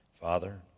Father